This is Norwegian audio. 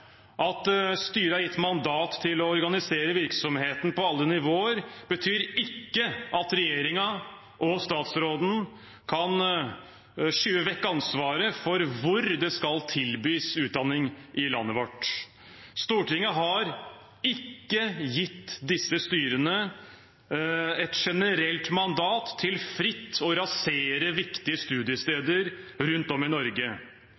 At styret er gitt mandat til å organisere virksomheten på alle nivåer, betyr ikke at regjeringen og statsråden kan skyve vekk ansvaret for hvor det skal tilbys utdanning i landet vårt. Stortinget har ikke gitt disse styrene et generelt mandat til fritt å rasere viktige studiesteder rundt om i Norge.